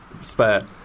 spare